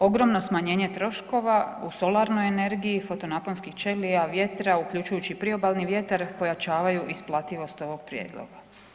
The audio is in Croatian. Ogromno smanjenje troškova u solarnoj energiji, fotonaponskih ćelija, vjetra, uključujući i priobalni vjetar pojačavaju isplativost ovog prijedloga.